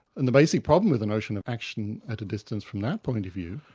and the basic problem of the notion of action at a distance from their point of view,